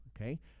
okay